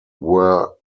were